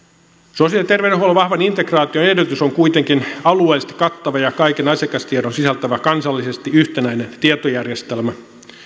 sosiaali ja terveydenhuollon vahvan integraation edellytys on kuitenkin alueellisesti kattava ja kaiken asiakastiedon sisältävä kansallisesti yhtenäinen tietojärjestelmä